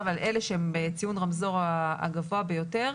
על אלה שהם בציון רמזור הגבוה ביותר,